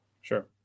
Sure